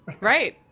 Right